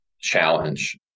challenge